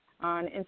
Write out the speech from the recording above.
on